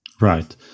right